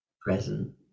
present